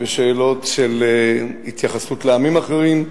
ובשאלות של התייחסות לעמים אחרים,